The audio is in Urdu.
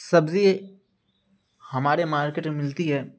سبزی ہمارے مارکیٹ میں ملتی ہے